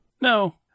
No